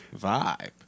vibe